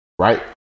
Right